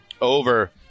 over